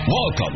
Welcome